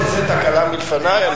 שלא תצא תקלה מלפני.